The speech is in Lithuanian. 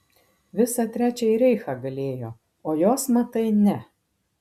visą trečiąjį reichą galėjo o jos matai ne